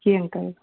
जी uncle